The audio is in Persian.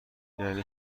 یعنی